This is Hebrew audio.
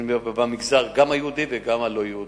אני אומר: במגזר, גם היהודי וגם הלא-יהודי.